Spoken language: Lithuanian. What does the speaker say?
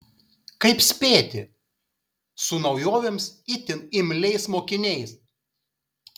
kaip spėti su naujovėms itin imliais mokiniais